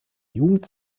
jugend